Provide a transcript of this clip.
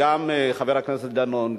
וגם חבר הכנסת דנון,